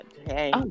Okay